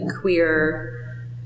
queer